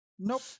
Nope